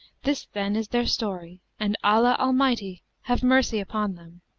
this, then, is their story, and allah almighty have mercy upon them!